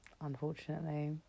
unfortunately